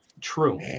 True